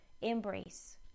embrace